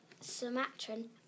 Sumatran